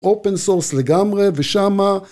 אופן סורס לגמרי ושמה...